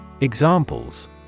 Examples